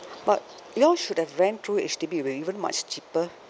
but you all should have rent through H_D_B will even much cheaper